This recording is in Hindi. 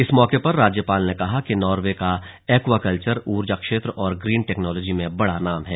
इस मौके पर राज्यपाल ने कहा कि नॉर्वे का एक्वा कल्चर ऊर्जा क्षेत्र और ग्रीन टेक्नोलॉजी में बड़ा नाम है